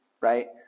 right